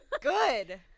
Good